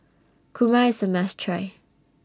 Kurma IS A must Try